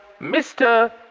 Mr